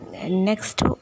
Next